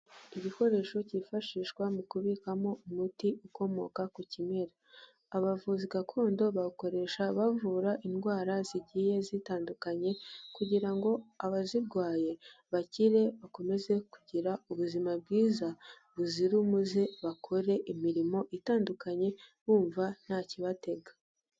Igikoresho cyifashishwa mu kubikamo umuti ukomoka ku kimera. Abavuzi gakondo bawukoresha bavura indwara zigiye zitandukanye, kugira ngo abazirwaye bakire bakomeze kugira ubuzima bwiza, buzira umuze bakore imirimo itandukanye bumva nta kibatega.